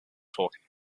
talking